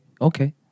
Okay